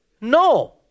No